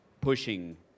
pushing